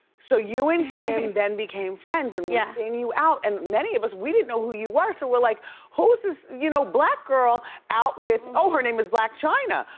so you and kim then became friends and we're yeah seeing you out and many of us, we didn't know who you were, so we're like who's this, you know black girl out with, oh her name is blac chyna.